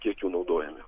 kiek jų naudojame